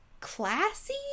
classy